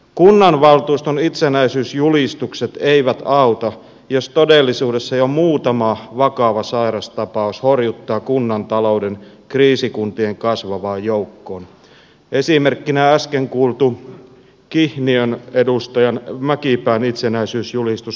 kunnanvaltuuston itsenäisyysjulistukset eivät auta jos todellisuudessa jo muutama vakava sairastapaus horjuttaa kunnan talouden kriisikuntien kasvavaan joukkoon esimerkkinä äsken kuultu kihniön edustajan mäkipään itsenäisyysjulistus